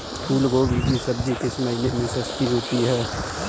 फूल गोभी की सब्जी किस महीने में सस्ती होती है?